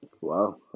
Wow